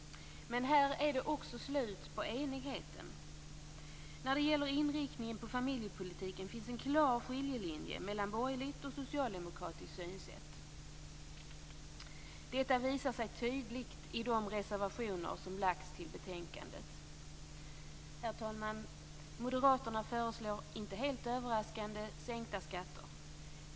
Men här är det också slut på enigheten. När det gäller inriktningen på familjepolitiken finns en klar skiljelinje mellan borgerligt och socialdemokratiskt synsätt. Detta visar sig tydligt i de reservationer som lagts till betänkandet. Herr talman! Moderaterna föreslår, inte helt överraskande, sänkta skatter.